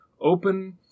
open